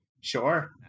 Sure